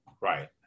Right